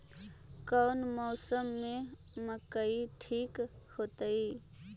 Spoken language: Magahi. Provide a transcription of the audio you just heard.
कौन मौसम में मकई ठिक होतइ?